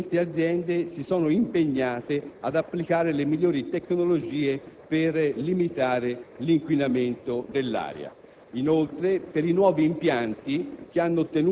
che queste aziende si sono impegnate ad applicare le migliori tecnologie per limitare l'inquinamento dell'aria. Infine, per i nuovi impianti